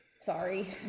Sorry